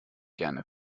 gerne